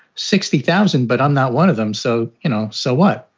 sixty thousand. but i'm not one of them. so, you know. so what